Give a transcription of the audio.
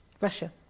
Russia